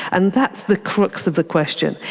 and that's the crux of the question,